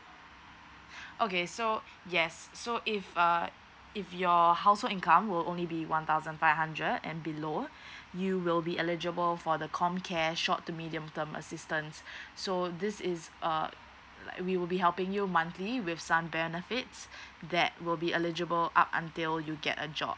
okay so yes so if uh if your housework income will only be one thousand five hundred and below you will be eligible for the com care short to medium term assistance so this is uh like we will be helping you monthly with some benefits that will be eligible up until you get a job